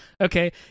Okay